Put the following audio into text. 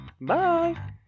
Bye